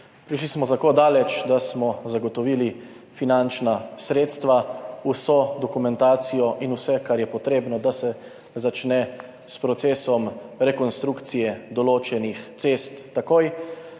Prišli smo tako daleč, da smo zagotovili finančna sredstva, vso dokumentacijo in vse, kar je potrebno, da se začne s procesom rekonstrukcije določenih cest takoj.